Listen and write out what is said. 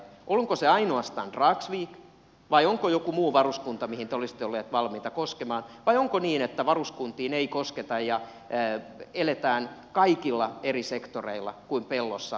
onko se ainoastaan dragsvik vai onko joku muu varuskunta mihin te olisitte olleet valmiita koskemaan vai onko niin että varuskuntiin ei kosketa ja eletään kaikilla eri sektoreilla kuin pellossa lapsiemme piikkiin